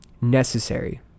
necessary